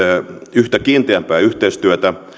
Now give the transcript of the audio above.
yhä kiinteämpää yhteistyötä